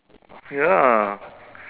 ya